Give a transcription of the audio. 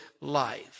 life